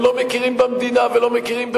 לא מכירים במדינה ולא מכירים במוסדותיה,